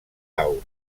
aus